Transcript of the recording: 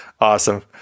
Awesome